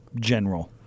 general